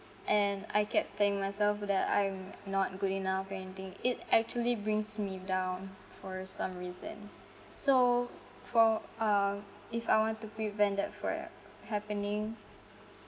and I kept telling myself that I'm not good enough or anything it actually brings me down for some reason so for uh if I want to prevent that from uh happening